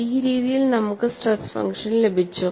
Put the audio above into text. ഈ രീതിയിൽ നമുക്ക് സ്ട്രെസ് ഫംഗ്ഷൻ ലഭിച്ചു